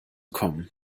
kommen